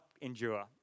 endure